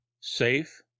safe